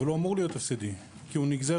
אבל אמור להיות הפסדי כי הוא נגזרת